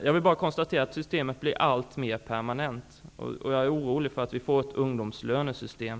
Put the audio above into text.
Jag vill bara konstatera att systemet blir alltmer permanent, och jag är orolig för att vi får ett ugndomslönesystem.